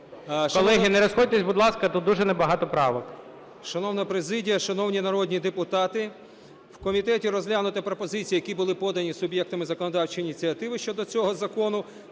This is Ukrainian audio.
Колеги, не розходьтесь, будь ласка, тут дуже небагато правок.